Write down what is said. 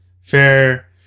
Fair